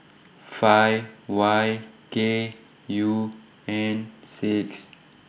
five Y K U N six